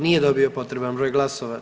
Nije dobio potreban broj glasova.